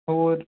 ਹੋਰ